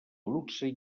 luxe